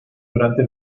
durante